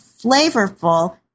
Flavorful